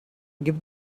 give